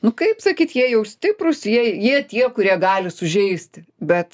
nu kaip sakyt jie jau stiprūs jei jie tie kurie gali sužeisti bet